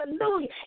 Hallelujah